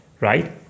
Right